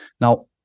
Now